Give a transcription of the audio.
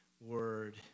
word